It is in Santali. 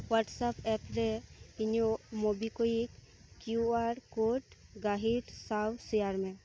ᱦᱚᱣᱟᱴᱥᱮᱯ ᱮᱯᱨᱮ ᱤᱧᱟᱹᱜ ᱢᱚᱵᱤᱠᱩᱭᱤᱠ ᱠᱤᱭᱩ ᱟᱨ ᱠᱳᱰ ᱜᱟᱹᱦᱤᱨ ᱥᱟᱶ ᱥᱮᱭᱟᱨ ᱢᱮ